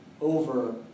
over